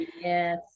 yes